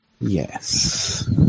yes